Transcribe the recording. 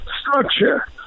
structure